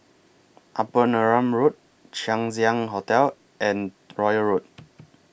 Upper Neram Road Chang Ziang Hotel and Royal Road